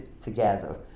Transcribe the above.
together